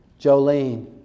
Jolene